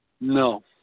No